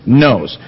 knows